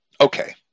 Okay